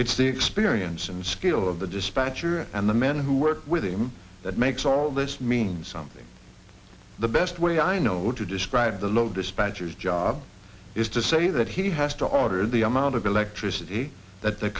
it's the experience and skill of the dispatcher and the men who work with him that makes all this mean something the best way i know to describe the low dispatchers job is to say that he has to order the amount of electricity that the